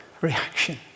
Reaction